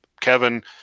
Kevin